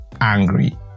angry